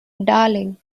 darling